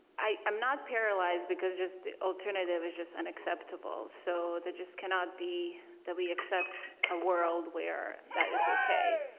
i'm not paralyzed because just the alternative is just unacceptable. so that just cannot be that we accept a world where that is okay.